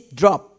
drop